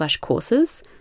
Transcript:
courses